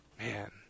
Man